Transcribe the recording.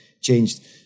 changed